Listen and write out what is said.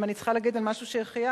אם אני צריכה להגיד על משהו "שהחיינו",